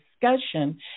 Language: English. discussion